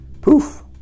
poof